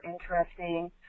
interesting